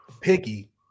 picky